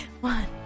One